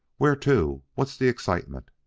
where to? what's the excitement?